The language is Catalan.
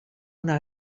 una